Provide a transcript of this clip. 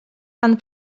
pan